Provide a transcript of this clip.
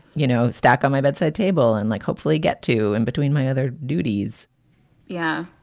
you know, stack on my bedside table and like hopefully get to in between my other duties yeah.